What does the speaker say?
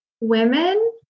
women